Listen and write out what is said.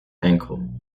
ankle